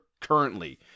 currently